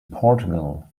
portugal